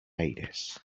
aires